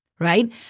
right